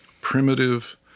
primitive